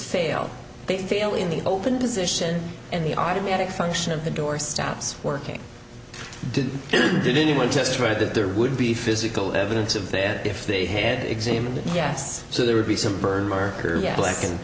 fail they fail in the open position and the automatic function of the door stops working did he did anyone just read that there would be physical evidence of that if they had examined yes so there would be some burn mark or black and